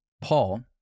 paul